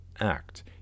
act